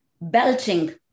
Belching